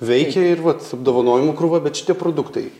veikia ir vat apdovanojimų krūva bet šitie produktai